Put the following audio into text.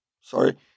sorry